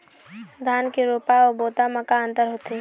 धन के रोपा अऊ बोता म का अंतर होथे?